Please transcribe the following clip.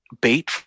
bait